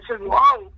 wow